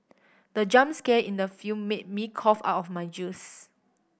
the jump scare in the film made me cough out my juice